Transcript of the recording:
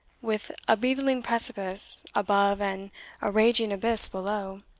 with a beetling precipice above and a raging abyss below,